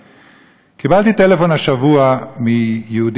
קיבלתי טלפון השבוע מיהודי שגר בווינה,